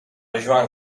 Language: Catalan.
joan